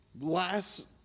last